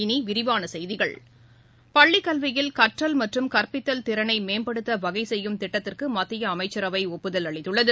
இனி விரிவான செய்திகள் பள்ளி கல்வியில் கற்றல் மற்றும் கற்பித்தல் திறனை மேம்படுத்த வகை செய்யும் திட்டத்திற்கு மத்திய அமைச்சரவை ஒப்புதல் அளித்துள்ளது